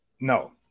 no